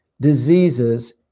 diseases